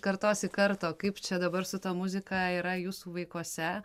kartos į kartą o kaip čia dabar su ta muzika yra jūsų vaikuose